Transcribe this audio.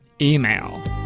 email